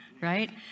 right